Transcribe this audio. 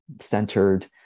centered